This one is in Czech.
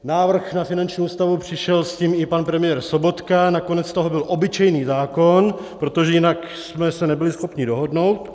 Návrh na finanční ústavu, přišel s tím i pan premiér Sobotka, nakonec z toho byl obyčejný zákon, protože jinak jsme se nebyli schopni dohodnout.